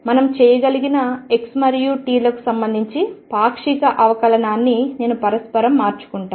మనం చేయగలిగిన x మరియు t లకు సంబంధించి పాక్షిక అవకలనాన్ని నేను పరస్పరం మార్చుకుంటాను